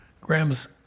Graham's